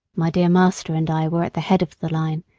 my dear master and i were at the head of the line,